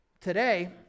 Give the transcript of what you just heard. Today